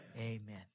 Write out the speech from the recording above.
Amen